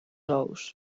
ous